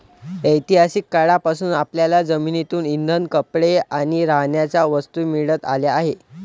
ऐतिहासिक काळापासून आपल्याला जमिनीतून इंधन, कपडे आणि राहण्याच्या वस्तू मिळत आल्या आहेत